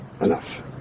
enough